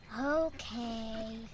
Okay